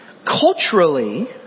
Culturally